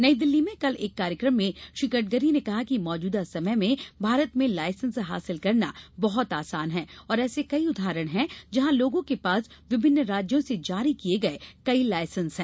नई दिल्ली में कल एक कार्यक्रम में श्री गडकरी ने कहा कि मौजूदा समय में भारत में लाइसेंस हासिल करना बहत आसान है और ऐसे कई उदाहरण हैं जहां लोगों के पास विभिन्न राज्यों से जारी किए गर्थ कई लाइसेंस हैं